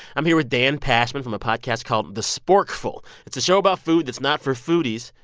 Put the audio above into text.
i'm here with dan pashman from a podcast called the sporkful. it's a show about food that's not for foodies.